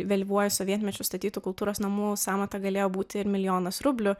vėlyvuoju sovietmečiu statytų kultūros namų sąmata galėjo būti ir milijonas rublių